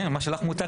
מאיר דוד,